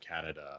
Canada